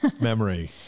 memory